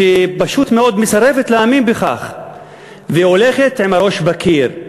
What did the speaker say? שפשוט מאוד מסרבות להאמין בכך והולכות עם הראש בקיר,